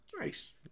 nice